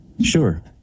Sure